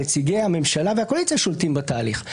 נציגי הממשלה והקואליציה שולטים בתהליך.